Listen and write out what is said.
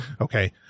Okay